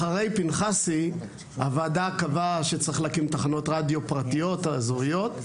אחרי פנחסי הוועדה קבעה שצריך להקים תחנות רדיו פרטיות אזוריות,